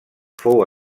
fou